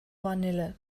vanille